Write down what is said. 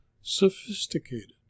sophisticated